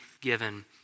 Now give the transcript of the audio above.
given